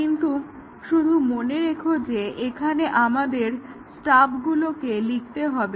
কিন্তু শুধু মনে রেখো যে এখানে আমাদের স্টাবগুলোকে লিখতে হবে